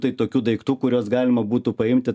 tai tokių daiktų kuriuos galima būtų paimti